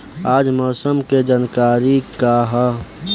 आज मौसम के जानकारी का ह?